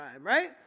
right